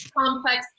complex